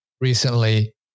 recently